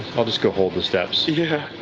i'll just go hold the steps. yeah.